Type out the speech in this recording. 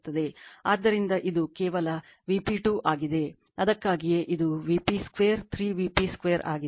ಆದ್ದರಿಂದ ಇದು ಕೇವಲ Vp2 ಆಗಿದೆ ಅದಕ್ಕಾಗಿಯೇ ಅದು Vp23 Vp2 ಆಗಿದೆ